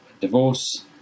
divorce